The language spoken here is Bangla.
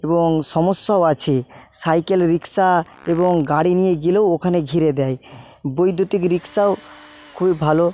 এবং সমস্যাও আছে সাইকেল রিক্সা এবং গাড়ি নিয়ে গেলেও ওখানে ঘিরে দেয় বৈদ্যুতিক রিক্সাও খুবই ভালো